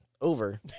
Over